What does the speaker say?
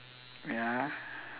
wait ah